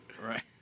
right